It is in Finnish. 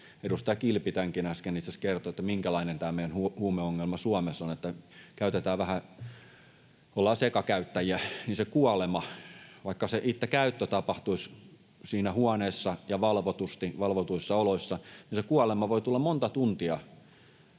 edustaja Kilpi tämänkin äsken itse asiassa kertoi — minkälainen tämä meidän huumeongelma Suomessa on, eli että kun ollaan sekakäyttäjiä, niin vaikka se itse käyttö tapahtuisi siinä huoneessa ja valvotusti, valvotuissa oloissa, kuolema voi tulla monta tuntia